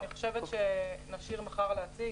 בכל זאת,